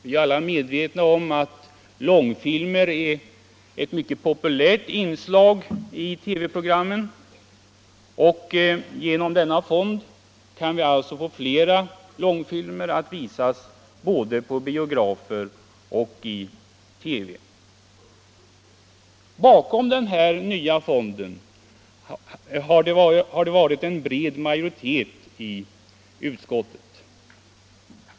Vi är alla medvetna om att långfilmer är ett mycket populärt inslag i TV-program, och genom denna fond kan flera långfilmer visas både på biografer och FÅS Bakom förslaget om den nya fonden står en bred majoritet i utskottet.